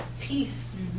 peace